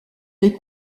des